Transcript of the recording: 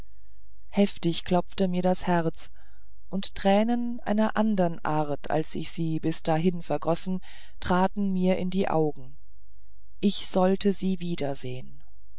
heftig klopfte mir das herz und tränen einer andern art als die ich bis dahin vergossen traten mir in die augen ich sollte sie wiedersehen